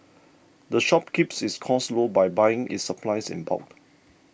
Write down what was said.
the shop keeps its costs low by buying its supplies in bulk